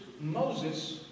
Moses